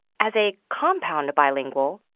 as a compound bilingual,